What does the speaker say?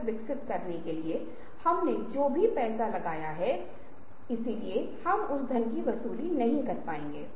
लेकिन आप देखते हैं कि आप एक ऐसी समस्या को उठा सकते हैं जिसका आप पता लगा सकते हैं और संभवत यह आपकी समस्या का एक बहुत ही दिलचस्प समाधान है